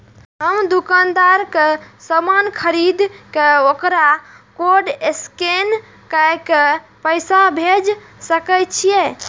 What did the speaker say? हम दुकानदार के समान खरीद के वकरा कोड स्कैन काय के पैसा भेज सके छिए?